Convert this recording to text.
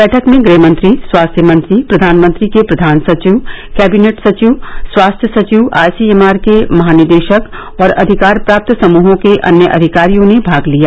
बैठक में गुह मंत्री स्वास्थ्य मंत्री प्रधानमंत्री के प्रधान सचिव कैविनेट सचिव स्वास्थ्य सचिव आईसीएमआर के महानिदेशक और अधिकार प्राप्त समूहों के अन्य अधिकारियों ने भाग लिया